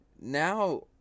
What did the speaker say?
Now